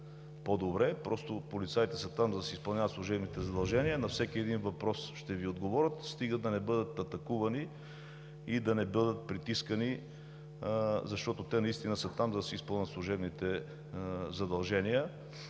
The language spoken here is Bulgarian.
по-добре. Полицаите са там, за да си изпълняват служебните задължения. На всеки един въпрос ще Ви отговорят, стига да не бъдат атакувани и притискани, защото те наистина са там, за да си изпълнят служебните задължения.